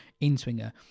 in-swinger